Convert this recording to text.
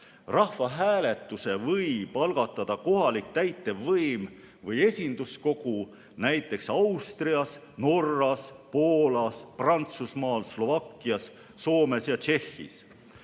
Rahvahääletuse võib algatada kohalik täitevvõim või esinduskogu näiteks Austrias, Norras, Poolas, Prantsusmaal, Slovakkias, Soomes ja Tšehhis.